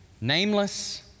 Nameless